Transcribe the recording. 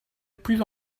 plus